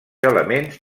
elements